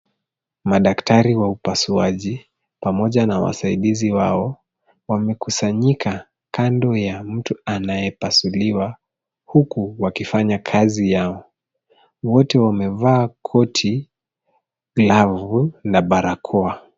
Madaktari wa upasuaji, pamoja na wasaidizi wao wamekusanyika kando ya mtu anayepasuliwa huku wakifanya kazi yao. Wote wamevaa koti, glavu na barakoa.